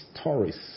stories